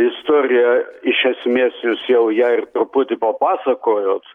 istorija iš esmės jūs jau ją ir truputį papasakojot